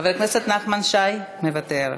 חבר הכנסת נחמן שי, מוותר,